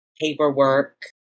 paperwork